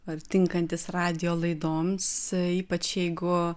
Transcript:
ar tinkantis radijo laidoms ypač jeigu